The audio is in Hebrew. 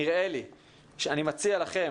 אני מציע לכם,